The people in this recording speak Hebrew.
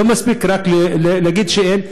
לא מספיק רק להגיד שאין,